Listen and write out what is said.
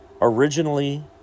originally